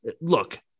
look